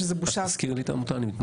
רק תזכירי לי את העמותה, אני מתנצל.